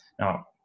Now